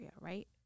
right